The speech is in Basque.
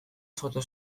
sortu